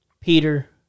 Peter